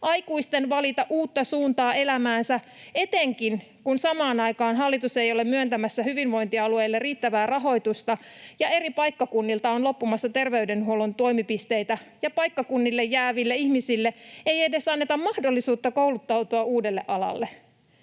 aikuisilta valita uutta suuntaa elämäänsä, etenkin kun samaan aikaan hallitus ei ole myöntämässä hyvinvointialueille riittävää rahoitusta ja eri paikkakunnilta on loppumassa terveydenhuollon toimipisteitä ja paikkakunnille jääville ihmisille ei edes anneta mahdollisuutta kouluttautua uudelle alalle.